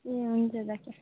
ए हुन्छ राखेँ